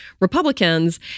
Republicans